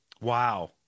Wow